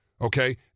okay